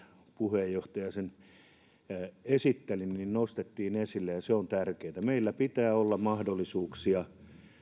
puheenjohtaja ne esitteli eli mitä nostettiin esille on tärkeää meillä pitää olla mahdollisuuksia